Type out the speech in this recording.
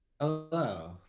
Hello